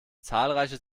zahlreiche